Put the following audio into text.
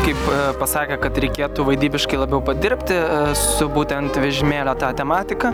kaip pasakė kad reikėtų vaidybiškai labiau padirbti su būtent vežimėlio ta tematika